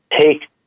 take